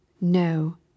No